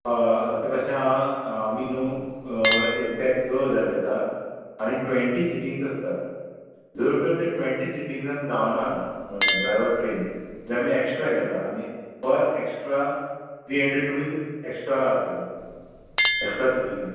आतां कशें आ आमी न्हू एकठ्याक स हजार घेता आनी ट्वँटी सिटींग्स आसता जर तर ते ट्वेंटी सिटींगसान जावना ड्रायव्हर ट्रेन जाल्या आमी एक्स्ट्रा घेता आनी पर extra three hundred rupees extra आसतले एक्स्ट्रा सिटिंगान